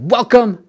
Welcome